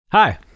Hi